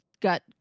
got